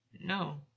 No